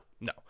No